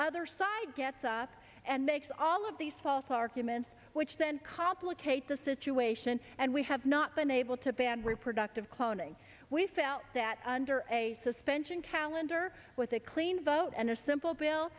other side gets up and makes all of these false arguments which then complicate the situation and we have not been able to ban reproductive cloning we felt that under a suspension calendar with a clean vote and her simple bill